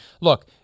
look